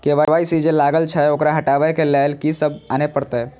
KYC जे लागल छै ओकरा हटाबै के लैल की सब आने परतै?